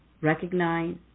Recognize